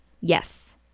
Yes